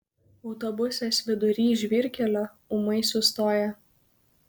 autobusas vidury žvyrkelio ūmai sustoja